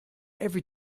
every